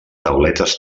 tauletes